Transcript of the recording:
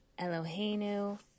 Eloheinu